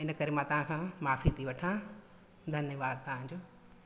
इन करे मां तव्हां खां माफ़ी थी वठां धन्यवाद तव्हांजो